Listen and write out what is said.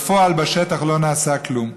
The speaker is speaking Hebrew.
בפועל בשטח לא נעשה כלום.